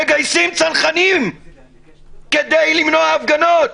מגייסים צנחנים כדי למנוע הפגנות.